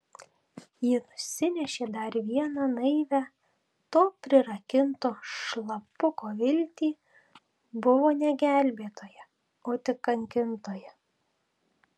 ji nusinešė dar vieną naivią to prirakinto šlapuko viltį buvo ne gelbėtoja o tik kankintoja